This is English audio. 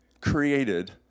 created